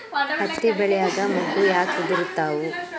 ಹತ್ತಿ ಬೆಳಿಯಾಗ ಮೊಗ್ಗು ಯಾಕ್ ಉದುರುತಾವ್?